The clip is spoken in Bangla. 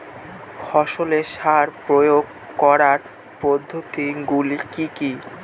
ফসলে সার প্রয়োগ করার পদ্ধতি গুলি কি কী?